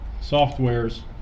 softwares